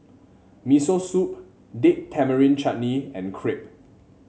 Miso Soup Date Tamarind Chutney and Crepe